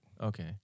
Okay